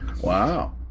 Wow